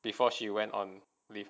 before she went on leave